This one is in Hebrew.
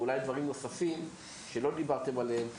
ואולי יש דברים נוספים שלא דיברתם עליהם פה?